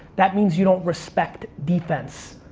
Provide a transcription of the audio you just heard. that means you don't respect defense.